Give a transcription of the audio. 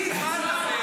לנו.